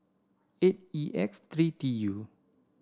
eight E X three T U